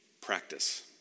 practice